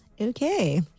Okay